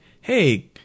hey